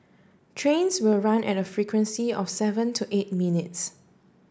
trains will run at a frequency of seven to eight minutes